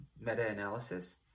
meta-analysis